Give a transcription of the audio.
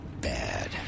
bad